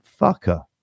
fucker